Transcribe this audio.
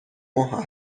ماه